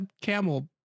camel